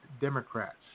Democrats